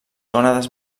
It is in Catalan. gònades